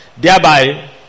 thereby